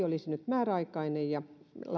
olisi määräaikainen